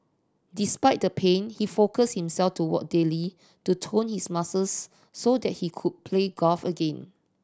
despite the pain he focus himself to walk daily to tone his muscles so that he could play golf again